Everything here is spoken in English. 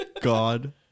god